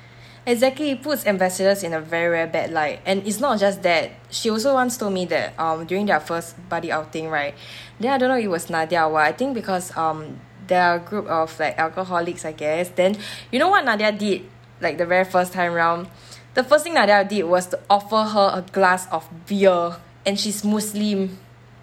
exactly puts ambassadors in a very very bad light and it's not just that she also once told me that um during their first buddy outing right then I don't know it was nadiah or what I think because um there are group of like alcoholics I guess then you know what nadiah did like the very first time round the first thing nadiah did was to offer her a glass of beer and she's muslim